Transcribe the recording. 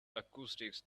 acoustics